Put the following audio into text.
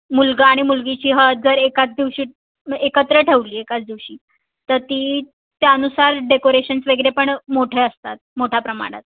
मुलगा आणि मुलगीची हळद जर एकाच दिवशी एकत्र ठेवली एकाच दिवशी तर ती त्यानुसार डेकोरेशन्स वगैरे पण मोठे असतात मोठ्याप्रमाणात